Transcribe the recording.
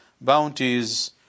bounties